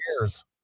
years